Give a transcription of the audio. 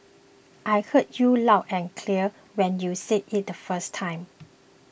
I heard you loud and clear when you said it the first time